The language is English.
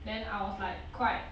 then I was like quite